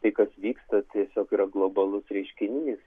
tai kas vyksta tiesiog yra globalus reiškinys